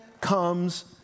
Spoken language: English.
comes